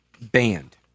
banned